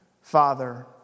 Father